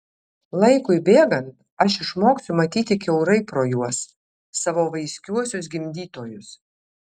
laikui bėgant aš išmoksiu matyti kiaurai pro juos savo vaiskiuosius gimdytojus